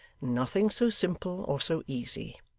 nothing so simple, or so easy.